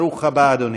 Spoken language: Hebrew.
ברוך הבא, אדוני.